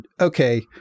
okay